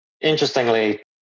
Interestingly